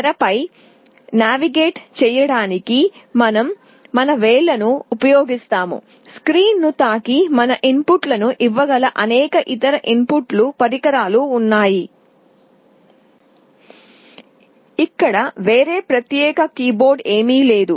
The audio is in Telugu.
తెరపై నావిగేట్ చెయ్యడానికి మనం మన వేళ్లను ఉపయోగిస్తాము స్క్రీన్ను తాకి మన ఇన్పుట్లను ఇవ్వగల అనేక ఇతర ఇన్పుట్ పరికరాలు ఉన్నాయి ఇక్కడ వేరే ప్రత్యేక కీబోర్డ్ ఏమీ లేదు